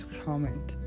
comment